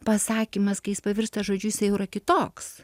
pasakymas kai jis pavirsta žodžiu jisai jau yra kitoks